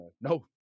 no